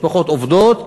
משפחות עובדות,